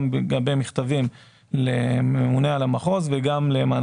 גם במכתבים לממונה על המחוז וגם למענקי איזון.